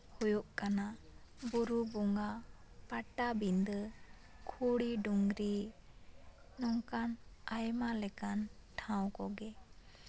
ᱦᱳᱭᱳᱜ ᱠᱟᱱᱟ ᱵᱩᱨᱩ ᱵᱚᱸᱜᱟ ᱯᱟᱴᱟᱵᱤᱱᱫᱟᱹ ᱠᱷᱚᱲᱤ ᱰᱩᱝᱨᱤ ᱱᱚᱝᱠᱟᱱ ᱟᱭᱢᱟ ᱞᱮᱠᱟᱱ ᱴᱷᱟᱶ ᱠᱚᱜᱮ